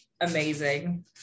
amazing